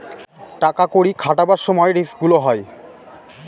টাকা কড়ি খাটাবার সময় রিস্ক গুলো হয়